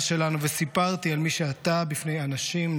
שלנו וסיפרתי על מי שאתה בפני אנשים,